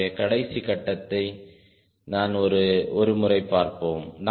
எனவே கடைசி கட்டத்தை நாம் ஒரு முறை பார்ப்போம்